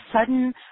sudden